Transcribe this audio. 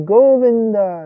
Govinda